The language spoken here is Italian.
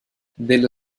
dello